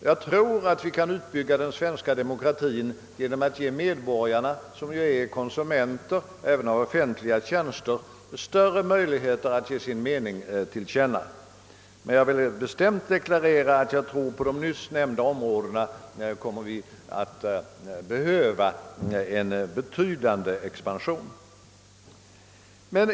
Jag tror att vi kan bygga ut den svenska demokratin genom att ge medborgarna, som ju är konsumenter av offentliga tjänster, större möjligheter att ge sin mening till känna. Men jag vill bestämt deklarera att jag tror, att vi på de nyssnämnda områdena i stort sett kommer att behöva en betydande expansion.